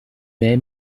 mai